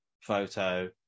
photo